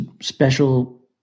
special